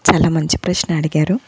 చాలా మంచి ప్రశ్న అడిగారు